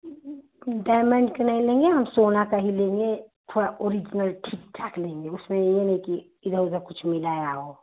diamond का नहीं लेंगे सोना का हीं लेंगे थोड़ा ओरिजनल ठीक ठाक लेंगे उसमें ये नहीं की इधर उधर कुछ मिलाया हो